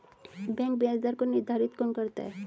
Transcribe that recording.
Bank ब्याज दर को निर्धारित कौन करता है?